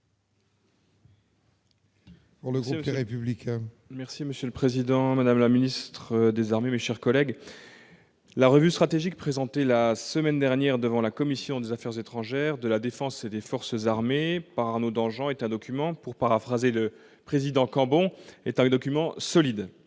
Perrin. Monsieur le président, madame la ministre, mes chers collègues, la revue stratégique présentée la semaine dernière devant la commission des affaires étrangères, de la défense et des forces armées par Arnaud Danjean est un document « solide », pour paraphraser le président Cambon. Je souhaite